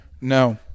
No